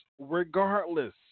regardless